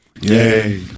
Yay